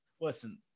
listen